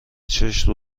چشم